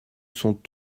sont